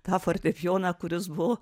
tą fortepijoną kuris buvo